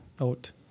out